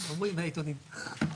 ממש לא.